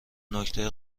نکته